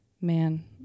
man